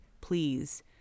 please